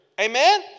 Amen